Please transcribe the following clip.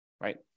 right